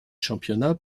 championnat